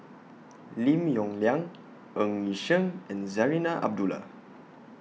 Lim Yong Liang Ng Yi Sheng and Zarinah Abdullah